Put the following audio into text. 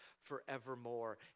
forevermore